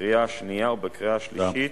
בקריאה השנייה ובקריאה השלישית.